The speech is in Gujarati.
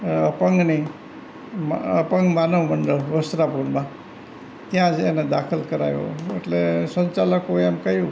અપંગની અપંગ માનવ મંડળ વસ્ત્રાપુરમાં ત્યાં જ એને દાખલ કરાવ્યો એટલે સંચાલકોએ એમ કહ્યું